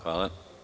Hvala.